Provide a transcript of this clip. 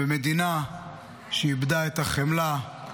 ומדינה שאיבדה את החמלה.